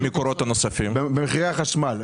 מה המקורות הנוספים במחירי החשמל?